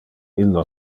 illo